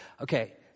Okay